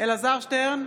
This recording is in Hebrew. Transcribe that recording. אלעזר שטרן,